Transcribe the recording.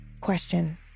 Question